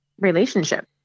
relationship